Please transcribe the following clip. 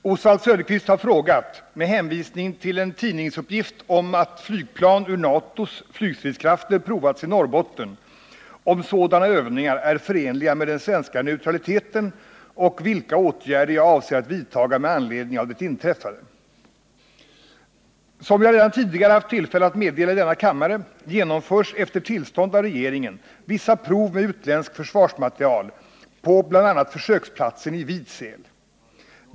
544, och anförde: Herr talman! Oswald Söderqvist har frågat, med hänvisning till en tidningsuppgift om att flygplan ur NATO:s flygstridskrafter provats i Norrbotten, om sådana övningar är förenliga med den svenska neutraliteten och vilka åtgärder jag avser att vidtaga med anledning av det inträffade. Som jag redan tidigare haft tillfälle att meddela i denna kammare genomförs efter tillstånd av regeringen vissa prov med utländsk försvarsmateriel på bl.a. försöksplatsen i Vidsel.